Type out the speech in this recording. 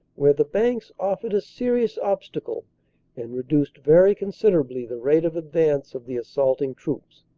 where the banks offered a serious obstacle and reduced very considerably the rate of advance of the assaulting troops.